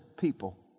people